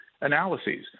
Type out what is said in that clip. analyses